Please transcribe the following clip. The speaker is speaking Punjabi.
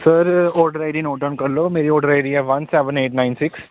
sir order I D note down ਕਰ ਲਓ ਮੇਰੀ ਔਡਰ ਆਈ ਡੀ ਹੈ one seven eight nine six